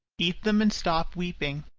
eat them and stop weeping.